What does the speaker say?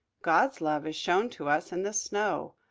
god's love is shown to us in the snow.